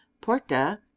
porta